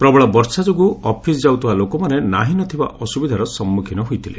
ପ୍ରବଳ ବର୍ଷା ଯୋଗୁଁ ଅଫିସ୍ ଯାଉଥିବା ଲୋକମାନେ ନାହିଁ ନ ଥିବା ଅସ୍ରବିଧାର ସମ୍ମୁଖୀନ ହୋଇଥିଲେ